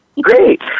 great